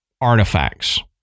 artifacts